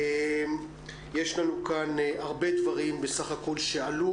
יש לנו כאן הרבה דברים שעלו.